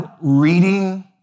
reading